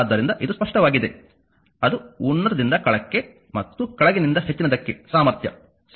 ಆದ್ದರಿಂದ ಇದು ಸ್ಪಷ್ಟವಾಗಿದೆ ಅದು ಉನ್ನತದಿಂದ ಕೆಳಕ್ಕೆ ಮತ್ತು ಕೆಳಗಿನಿಂದ ಹೆಚ್ಚಿನದಕ್ಕೆ ಸಾಮರ್ಥ್ಯ ಸರಿ